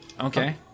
Okay